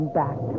back